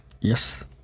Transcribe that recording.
Yes